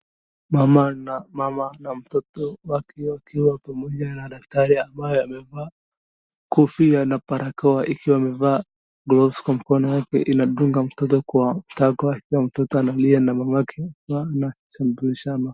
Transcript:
Mama na mtoto wake wakiwa pamoja na daktari ambaye amevaa kofia na barakoa ikiwa amevaa gloves kwa mkono yake anadunga mtoto kwa tako ya mtoto analia na mama yake anasampulishama.